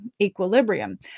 equilibrium